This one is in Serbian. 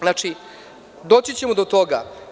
Znači, doći ćemo do toga.